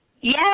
Yes